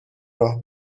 راه